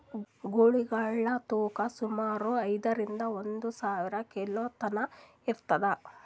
ಗೂಳಿಗಳ್ ತೂಕಾ ಸುಮಾರ್ ಐದ್ನೂರಿಂದಾ ಒಂದ್ ಸಾವಿರ ಕಿಲೋ ತನಾ ಇರ್ತದ್